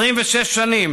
26 שנים